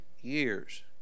years